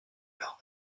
leur